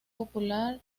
popular